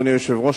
אדוני היושב-ראש,